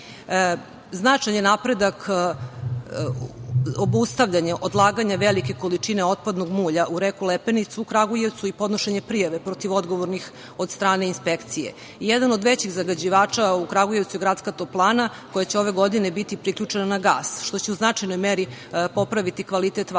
napredak obustavljanja odlaganja velike količine otpadnog mulja u reku Lepenicu u Kragujevcu i podnošenje prijave protiv odgovornih od strane inspekcije. Jedan od većih zagađivača u Kragujevcu je i gradska toplana koja će ove godine biti priključena na gas, što će u značajnoj meri popraviti kvalitet vazduha